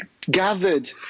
gathered